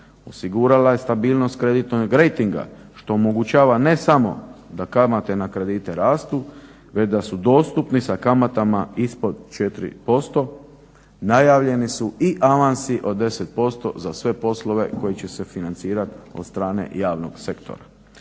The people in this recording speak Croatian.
osigurala je stabilnost kreditnog rejtinga što omogućava ne samo da kamate na kredite rastu već da su dostupni sa kamatama ispod 4%, najavljeni su i avansi od 10% za sve poslove koji će se financirati od strane javnog sektora.